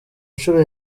nshuro